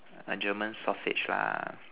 German sausage lah